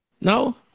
No